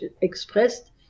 expressed